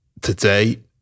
today